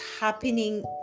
happening